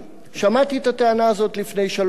שמעתי את הטענה הזאת לפני שלוש שנים,